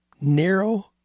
narrow